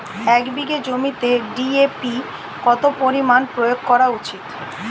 এক বিঘে জমিতে ডি.এ.পি কত পরিমাণ প্রয়োগ করা উচিৎ?